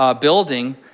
building